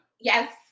Yes